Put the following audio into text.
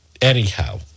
Anyhow